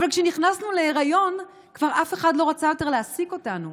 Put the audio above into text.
אבל כשנכנסנו להיריון אף אחד לא רצה יותר להעסיק אותנו.